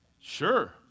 Sure